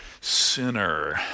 sinner